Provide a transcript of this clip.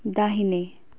दाहिने